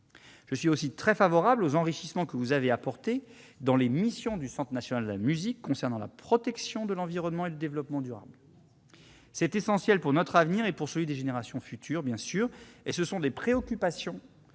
Je suis aussi très favorable aux enrichissements que vous avez apportés aux missions du Centre national de la musique concernant la protection de l'environnement et le développement durable. C'est essentiel pour notre avenir et celui des générations futures, et ce sont des préoccupations